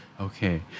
Okay